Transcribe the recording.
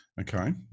okay